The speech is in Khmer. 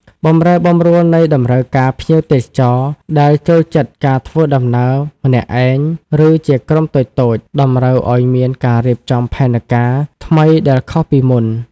បម្រែបម្រួលនៃតម្រូវការភ្ញៀវទេសចរ ដែលចូលចិត្តការធ្វើដំណើរម្នាក់ឯង ឬជាក្រុមតូចៗ តម្រូវឱ្យមានការរៀបចំផែនការថ្មីដែលខុសពីមុន។